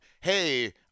hey